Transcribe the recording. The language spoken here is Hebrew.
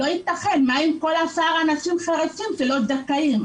לא ייתכן, מה עם כל שאר האנשים החירשים שלא זכאים?